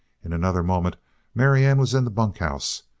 in another moment marianne was in the bunkhouse.